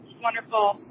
wonderful